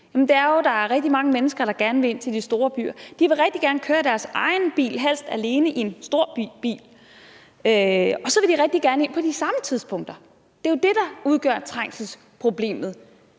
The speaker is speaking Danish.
der er rigtig mange mennesker, der gerne vil ind til de store byer. De vil rigtig gerne køre i deres egen bil, helst alene i en stor bil, og så vil de rigtig gerne køre derind på de samme tidspunkter – det er jo det, der udgør trængselsproblemet.